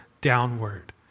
downward